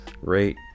rate